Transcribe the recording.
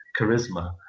charisma